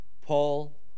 Paul